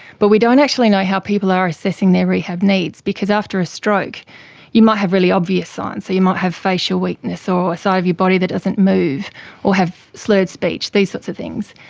but we don't actually know how people are assessing their rehab needs because after a stroke you might have really obvious signs, so you might have facial weakness or a side of your body that doesn't move or have slurred speech, these sorts of things,